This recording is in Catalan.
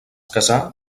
casà